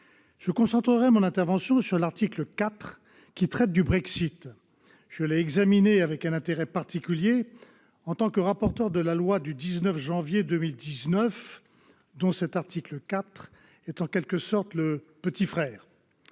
Je concentrerai mon intervention sur l'article 4, qui traite du Brexit et que j'ai examiné avec un intérêt particulier en tant que rapporteur de la loi du 19 janvier 2019, dont cet article est en quelque sorte le « petit frère ».